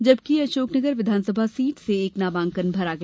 जबकि अशोकनगर विधानसभा सीट से एक नामांकन भरा गया